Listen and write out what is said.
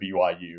BYU